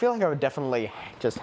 feel no definitely just